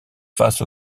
face